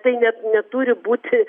tai net neturi būti